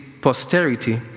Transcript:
posterity